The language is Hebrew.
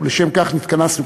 ולשם כך נתכנסנו,